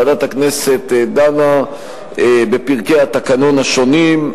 ועדת הכנסת דנה בפרקי התקנון השונים,